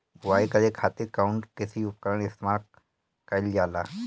बुआई करे खातिर कउन कृषी उपकरण इस्तेमाल कईल जाला?